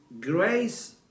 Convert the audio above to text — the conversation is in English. grace